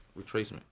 retracement